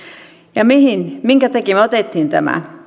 ja minkä takia me otimme tämän